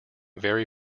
very